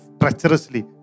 treacherously